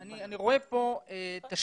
אני רואה פה תשתית